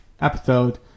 episode